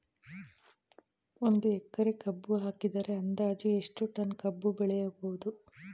ಒಂದು ಎಕರೆ ಕಬ್ಬು ಹಾಕಿದರೆ ಅಂದಾಜು ಎಷ್ಟು ಟನ್ ಕಬ್ಬು ಬೆಳೆಯಬಹುದು?